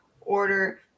order